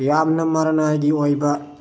ꯌꯥꯝꯅ ꯃꯔꯟꯅꯥꯏꯒꯤ ꯑꯣꯏꯕ